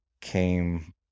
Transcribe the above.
came